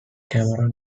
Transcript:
cameron